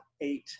eight